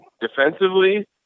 Defensively